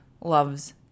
loves